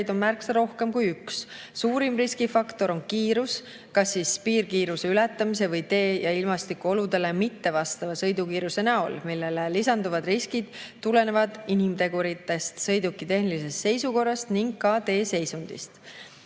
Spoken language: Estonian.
on märksa rohkem kui üks. Suurim riskifaktor on kiirus kas piirkiiruse ületamise või tee- ja ilmastikuoludele mittevastava sõidukiiruse näol, millele lisanduvad riskid tulenevad inimteguritest, sõiduki tehnilisest seisukorrast ning ka tee seisundist.